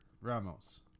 Ramos